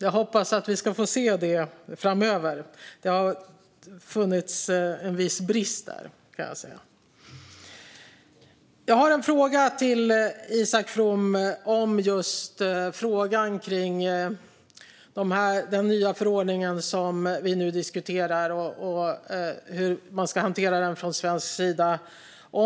Jag hoppas att vi ska få se detta framöver. Det har funnits en viss brist där, kan jag säga. Jag har en fråga till Isak From gällande den nya förordning vi nu diskuterar och hur man ska hantera den från svensk sida.